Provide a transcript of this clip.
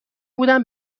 بودن